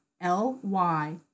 L-Y